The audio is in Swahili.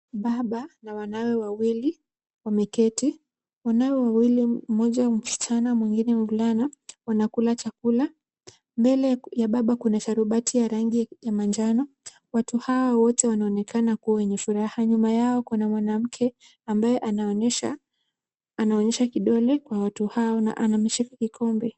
Baba na wanawe wawili wameketi, wanawe wawili mmoja msichana mwingine mvulana wanakula chakula .Mbele ya baba kuna sharubati ya rangi ya manjano, watu hawa wote wanaonekana kuwa wenye furaha. Nyuma yao kuna mwanamke ambaye anaonyesha kidole kwa watu hawa na ameshika kikombe.